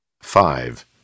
Five